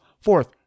Fourth